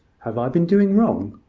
have i been doing wrong?